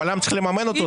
אבל למה צריך לממן אותו?